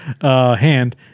hand